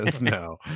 no